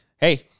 hey